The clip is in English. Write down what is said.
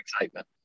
excitement